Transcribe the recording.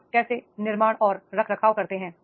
आप कैसे निर्माण और रखरखाव करते हैं